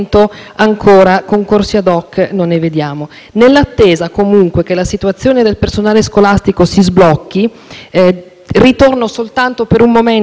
ancora concorsi *ad hoc* non ne vediamo. Nell'attesa, comunque, che la situazione del personale scolastico si sblocchi, ritorno soltanto per un momento sulla